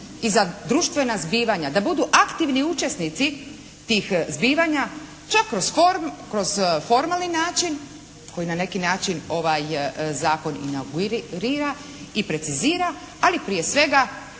i za društvena zbivanja da budu aktivni učesnici tih zbivanja što kroz formalni način koji na neki način zakon inaugurira i precizira ali prije svega